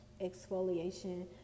exfoliation